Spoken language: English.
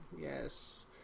Yes